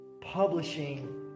publishing